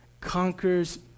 conquers